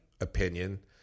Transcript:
opinion